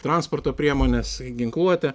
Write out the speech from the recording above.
transporto priemones ginkluotę